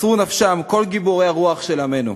מסרו נפשם כל גיבורי הרוח של עמנו,